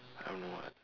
I don't know what